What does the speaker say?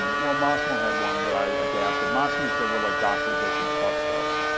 well massimo had one that i adapted, massimo said we're like doctors, they should trust us.